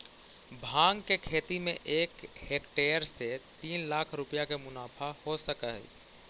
भाँग के खेती में एक हेक्टेयर से तीन लाख रुपया के मुनाफा हो सकऽ हइ